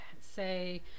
say